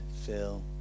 fill